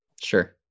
Sure